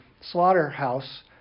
slaughterhouse